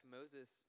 Moses